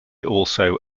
also